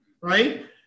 right